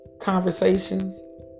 conversations